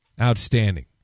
Outstanding